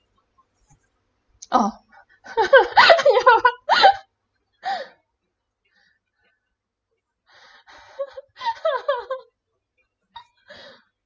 oh